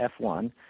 F1